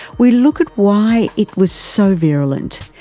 we look at why it was so virulent,